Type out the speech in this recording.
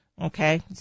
Okay